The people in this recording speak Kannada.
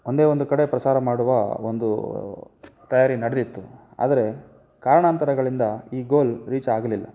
ಒಂದೇ ಒಂದು ಕಡೆ ಪ್ರಸಾರ ಮಾಡುವ ಒಂದು ತಯಾರಿ ನಡೆದಿತ್ತು ಆದರೆ ಕಾರಣಾಂತರಗಳಿಂದ ಈ ಗೋಲ್ ರೀಚ್ ಆಗಲಿಲ್ಲ